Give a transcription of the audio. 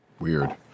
Weird